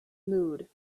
mood